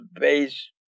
based